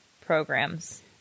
programs